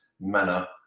manner